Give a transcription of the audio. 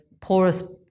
porous